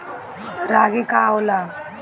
रागी का होला?